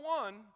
one